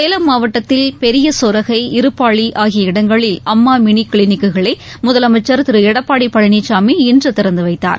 சேவம் மாவட்டத்தில் பெரியசோரகை இருப்பாளி ஆகிய இடங்களில் அம்மா மினி கிளினிக்குகளை முதலமைச்சர் திரு எடப்பாடி பழனிசாமி இன்று திறந்துவைத்தார்